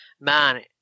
man